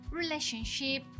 relationship